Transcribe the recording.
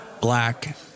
black